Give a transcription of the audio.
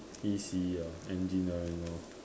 E_C ah engineering lor